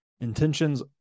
Intentions